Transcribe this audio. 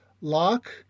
lock